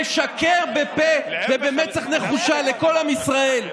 לשקר בפה ובמצח נחושה לכל עם ישראל?